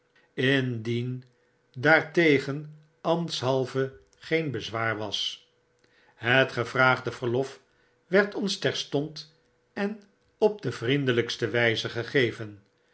indien daartegen ambtshalve geen bezwaar was het gevraagde verlof werd ons terstond en op de vriendelpste wyze gegeven